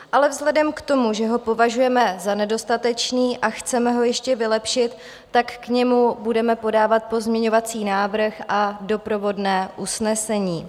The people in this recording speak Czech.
Ale vzhledem k tomu, že ho považujeme za nedostatečný a chceme ho ještě vylepšit, tak k němu budeme podávat pozměňovací návrh a doprovodné usnesení.